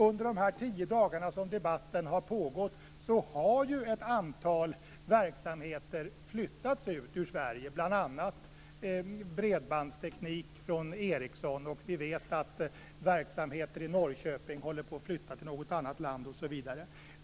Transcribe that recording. Under de tio dagar som debatten har pågått har ju ett antal verksamheter flyttats ut ur Sverige, bl.a. bredbandsteknik från Ericsson. Vi vet att verksamheter i Norrköping håller på att flytta till något annat land, osv.